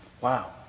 Wow